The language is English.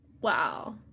Wow